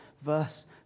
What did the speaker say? Verse